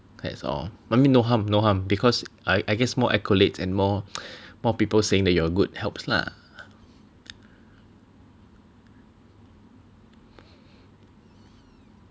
that's all I mean no harm no harm because I I guess more accolades and more people saying that you're good helps lah